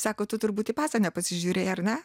sako tu turbūt į pasą nepasižiūrėjai ar ne